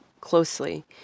closely